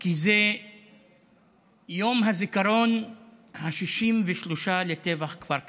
כי זה יום הזיכרון ה-63 לטבח כפר קאסם.